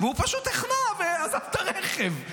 והוא פשוט החנה ועזב את הרכב.